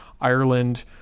ireland